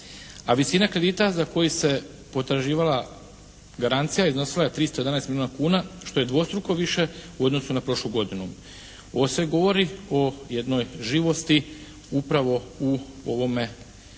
visina kredita za koji se potraživala garancija, iznosila je 311 milijuna kuna što je dvostruko više u odnosu na prošlu godinu. Ovo sve govori o jednoj živosti upravo u ovome dijelu